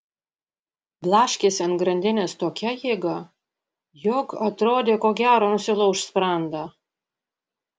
blaškėsi ant grandinės tokia jėga jog atrodė ko gero nusilauš sprandą